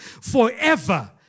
forever